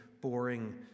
boring